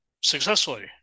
successfully